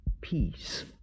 Peace